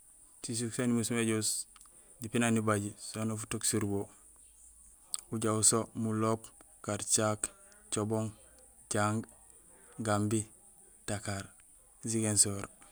Sisuk saan umusmé ijoow depuis naan ibaji sono futook surubo: ujaaw so; Mlomp, Karthiack, Thiobon, Dianki, Gambie, Dakar.